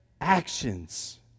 actions